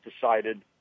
decided